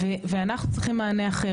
אנחנו צריכים מענה אחר,